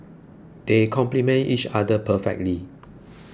they complement each other perfectly